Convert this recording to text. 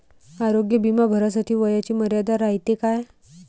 आरोग्य बिमा भरासाठी वयाची मर्यादा रायते काय?